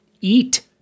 eat